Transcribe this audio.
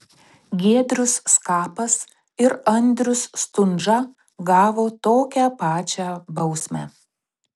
giedrius skapas ir andrius stundža gavo tokią pačią bausmę